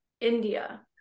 India